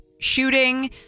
shooting